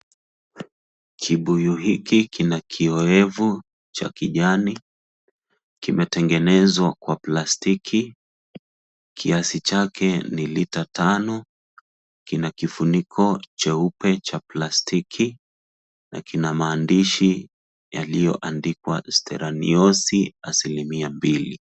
Kibuyu hiki kina kiowevu cha kijani. kimetengenezwa kwa plastiki. Kiasi chake ni lita tano kina kifuniko cheupe cha plastiki na kina maandishi yaliyo andikwa steranios asilimia mbili.